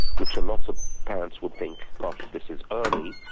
which ah lots of parents would think, gosh, this is early',